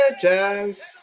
Jazz